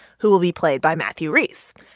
who will be played by matthew rhys.